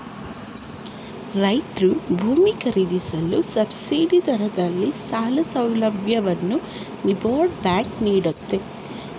ರೈತ್ರು ಭೂಮಿ ಖರೀದಿಸಲು ಸಬ್ಸಿಡಿ ದರದಲ್ಲಿ ಸಾಲ ಸೌಲಭ್ಯವನ್ನು ನಬಾರ್ಡ್ ಬ್ಯಾಂಕ್ ನೀಡುತ್ತೆ